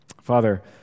Father